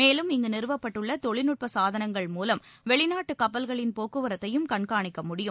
மேலும் இங்கு நிறுவப்பட்டுள்ள தொழில்நுட்ப சாதனங்கள் மூலம் வெளிநாட்டு கப்பல்களின் போக்குவரத்தையும் கண்காணிக்க முடியும்